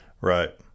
Right